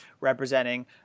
representing